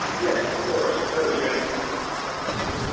yes, of course. telegenic line of trial lawyers.